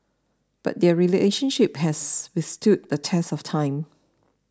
but their relationship has withstood the test of time